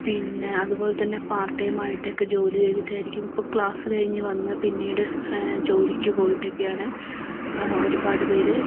പിന്നെ അതുപോലെത്തന്നെ പാർടൈമായിട്ടൊക്കെ ജോലി ചെയ്തിട്ടായിരിക്കും ഇപ്പോൾ ക്ലാസ് കഴിഞ്ഞ് വന്ന് പിന്നീട് ജോലിയ്ക്ക് പോയിട്ടൊക്കെയാണ് ഒരുപാടു പേർ